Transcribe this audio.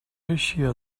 eixia